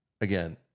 again